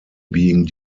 being